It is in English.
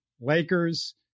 Lakers